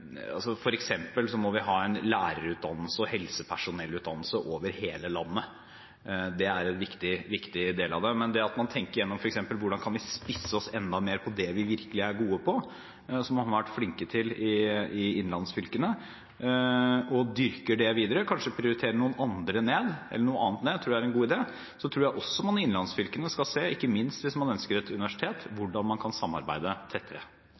er en viktig del av det. Men det at man tenker gjennom f.eks. hvordan vi kan spisse oss enda mer på det vi virkelig er gode på, som man har vært flink til i innlandsfylkene, dyrke det videre og kanskje prioritere noe annet ned, tror jeg er en god idé. Det tror jeg man også i innlandsfylkene skal se på – ikke minst hvis man ønsker et universitet – hvordan man kan samarbeide tettere.